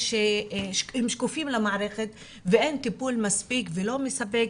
הם שקופים למערכת ואין טיפול מספיק והוא לא מספק,